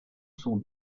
son